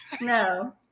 No